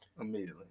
Immediately